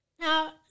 Now